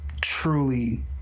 truly